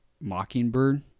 Mockingbird